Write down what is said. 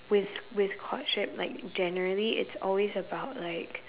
with with courtship like generally it's always about like